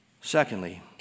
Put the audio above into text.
Secondly